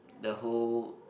the whole